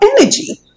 energy